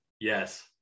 Yes